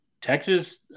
Texas